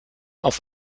auf